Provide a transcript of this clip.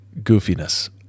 goofiness